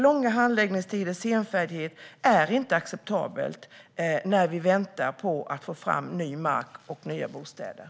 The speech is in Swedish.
Långa handläggningstider och senfärdighet är inte acceptabelt när vi väntar på att få fram ny mark och nya bostäder.